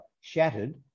shattered